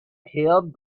hid